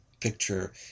picture